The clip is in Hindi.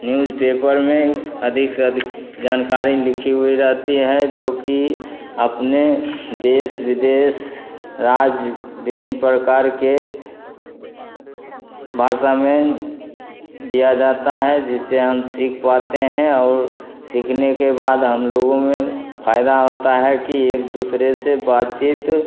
न्यूज़पेपर में अधिक से अधिक जानकारी लिखी हुई रहती है जो कि अपने देश विदेश राज्य विभिन्न प्रकार की भाषा में दिया जाता हैं जिससे हम सीख पाते हैं और सीखने के बाद हम लोगो में फ़अयदा होता है कि एक दूसरे से बातचीत